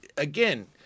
Again